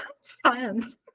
science